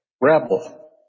rebel